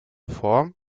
form